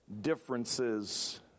differences